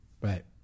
Right